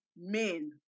Men